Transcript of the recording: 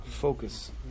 focus